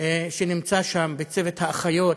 שנמצא שם וצוות האחיות.